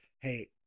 hey